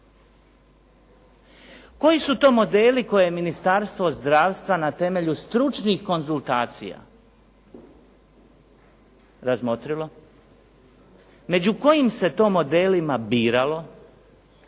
Koji su to modeli koje Ministarstvo zdravstva na temelju stručnih konzultacija razmotrilo, među kojim se to modelima biralo,